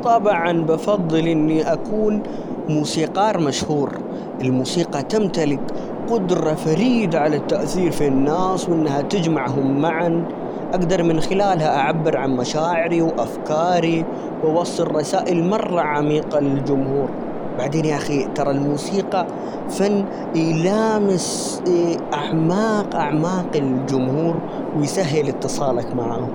طبعًا، بفَضِّل إني أكون موسيقار مشهور؛ الموسيقى تمتلك قدرة فريدة على التأثير في الناس، وإنها تجمعهم معًا، أجدر من خلالها أُعَبِّر عن مشاعري وأفكاري، وأوصل رسائل مرة عميقة للجمهور، بعدين، يا أخي، ترى الموسيقى فن يلامس أعماق أعماق الجمهور، ويسهِّل اتصالك معاه.